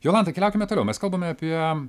jolanta keliaukime toliau mes kalbame apie